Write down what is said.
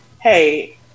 hey